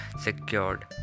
secured